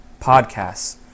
podcasts